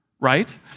right